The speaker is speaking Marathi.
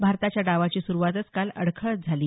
भारताच्या डावाची सुरुवातच काल अडखळत झाली